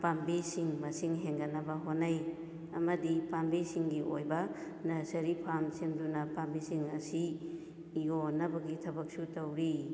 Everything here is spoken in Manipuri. ꯄꯥꯝꯕꯤꯁꯤꯡ ꯃꯁꯤꯡ ꯍꯦꯟꯒꯠꯅꯕ ꯍꯣꯠꯅꯩ ꯑꯃꯗꯤ ꯄꯥꯝꯕꯤꯁꯤꯡꯒꯤ ꯑꯣꯏꯕ ꯅꯁꯔꯤ ꯐꯥꯝ ꯁꯦꯝꯗꯨꯅ ꯄꯥꯝꯕꯤꯁꯤꯡ ꯑꯁꯤ ꯌꯣꯟꯅꯕꯒꯤ ꯊꯕꯛꯁꯨ ꯇꯧꯔꯤ